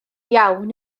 iawn